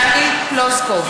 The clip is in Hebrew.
טלי פלוסקוב,